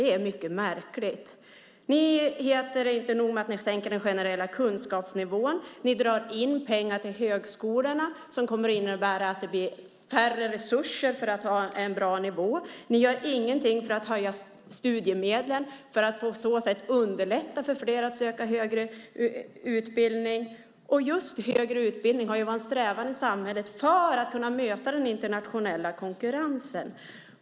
Det är mycket märkligt. Det är inte nog med att ni sänker den generella kunskapsnivån. Ni drar även in pengar till högskolorna. Detta innebär färre resurser för att hålla en bra nivå. Ni gör heller ingenting för att höja studiemedlen och på så sätt underlätta för fler att söka högre utbildning. Just högre utbildning har ju varit en strävan i samhället för att kunna möta den internationella konkurrensen.